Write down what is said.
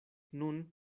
nun